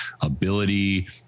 ability